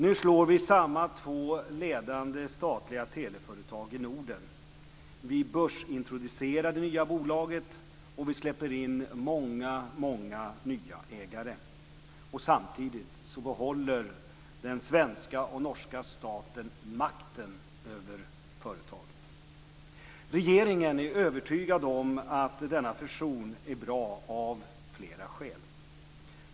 Nu slår vi samman två ledande statliga teleföretag i Norden. Vi börsintroducerar det nya bolaget och vi släpper in många nya ägare. Samtidigt behåller den svenska och norska staten makten över företaget. Regeringen är övertygad om att denna fusion är bra av flera skäl.